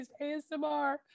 ASMR